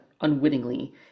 unwittingly